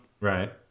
right